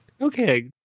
Okay